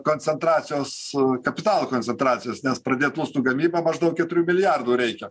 koncentracijos kapitalo koncentracijos nes pradėt lustų gamybą maždaug keturių milijardų reikia